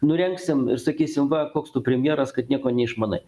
nurengsim ir sakysi va koks tu premjeras kad nieko neišmanai